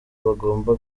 bagomba